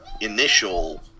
Initial